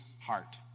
heart